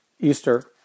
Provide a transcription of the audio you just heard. Easter